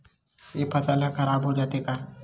से फसल ह खराब हो जाथे का?